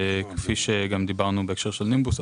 כפי שגם דיברנו בהקשר של נימבוס,